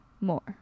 More